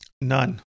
None